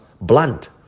blunt